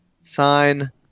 sign